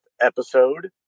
episode